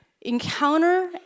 encounter